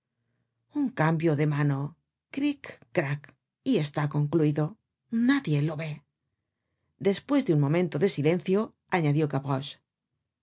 un cambio de mano cric crac y está concluido nadie lo vé despues de un momento de silencio añadió